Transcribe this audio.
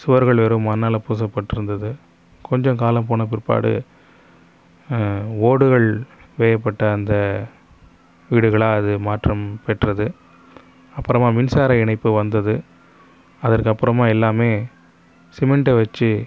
சுவர்கள் வெறும் மண்ணால் பூசப்பட்டு இருந்தது கொஞ்சம் காலம் போன பிற்பாடு ஓடுகள் வேயப்பட்ட அந்த வீடுகளாக அது மாற்றம் பெற்றது அப்புறமா மின்சாரம் இணைப்பு வந்தது அதற்கு அப்புறமா எல்லாமே சிமிண்டை வச்சு